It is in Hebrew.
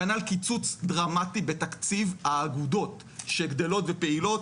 כנ"ל קיצוץ דרמטי בתקציב האגודות שגדלות ופעילות.